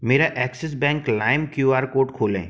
मेरा Axis bank लाइम Q R code खोलें